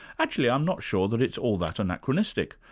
actually i'm not sure that it's all that anachronistic.